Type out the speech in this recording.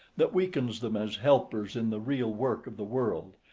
that weakens them as helpers in the real work of the world,